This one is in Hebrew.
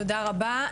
תודה רבה,